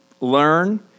learn